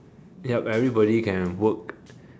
yup everybody can have work